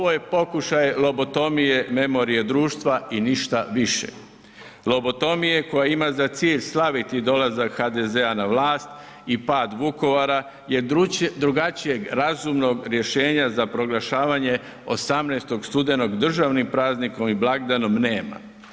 Ovo je pokušaj lobotomije memorije društva i ništa više, lobotomije koja ima za cilj slaviti dolazak HDZ-a na vlast i pad Vukovara jer drugačijeg razumnog rješenja za proglašavanje 18. studenog državnim praznikom i blagdanom nema.